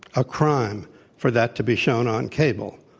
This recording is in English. a crime for that to be shown on cable,